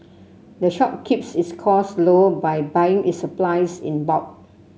the shop keeps its costs low by buying its supplies in bulk